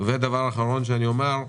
ודבר אחרון שאומר,